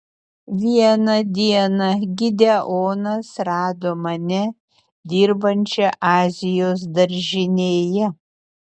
vieną dieną gideonas rado mane dirbančią azijos daržinėje